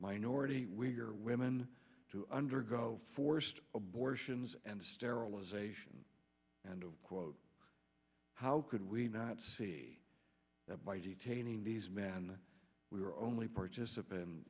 minority we're women to undergo forced abortions and sterilizations and to quote how could we not see that by detaining these men we are only participant